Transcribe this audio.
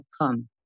come